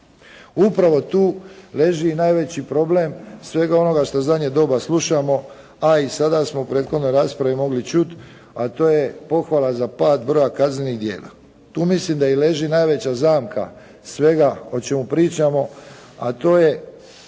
Upravo tu leži i najveći problem svega onoga što u zadnje doba slušamo a i sada smo u prethodnoj raspravi mogli čuti, a to je pohvala za pad broja kaznenih djela. Tu mislim da i leži najveća zamka, svega o čemu pričamo a to je